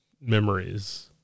memories